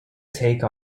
take